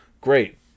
great